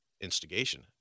instigation